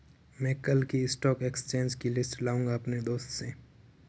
मै कल की stock exchange की लिस्ट लाऊंगा अपने दोस्त से